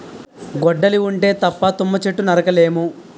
గొడ్డలి ఉంటే తప్ప తుమ్మ చెట్టు నరక లేము